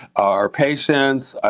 our patients,